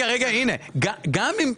לא.